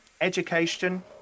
Education